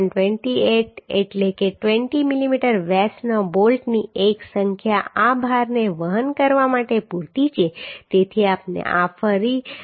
28 એટલે કે 20 મીમી વ્યાસના બોલ્ટની એક સંખ્યા આ ભારને વહન કરવા માટે પૂરતી છે તેથી આપણે આ કરી શકીએ છીએ